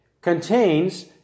contains